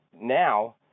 now